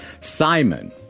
Simon